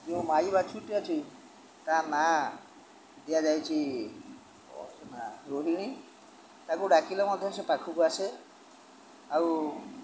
ଯେଉଁ ମାଈ ବାଛୁରୀଟି ଅଛି ତା ନାଁ ଦିଆଯାଇଛି ରୋହିଣୀ ତାକୁ ଡ଼ାକିଲେ ମଧ୍ୟ ସେ ପାଖକୁ ଆସେ ଆଉ